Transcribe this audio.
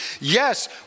yes